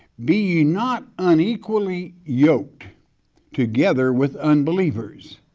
be ye not unequally yoked together with unbelievers,